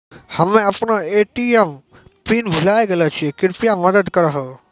हम्मे अपनो ATM PIN भुलाय गेलो छियै, कृपया मदत करहो